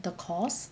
the course